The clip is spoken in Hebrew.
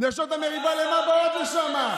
נשות המריבה, למה באות לשם?